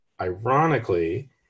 Ironically